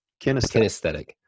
Kinesthetic